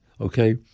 Okay